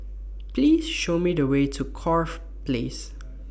Please Show Me The Way to Corfe Place